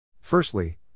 Firstly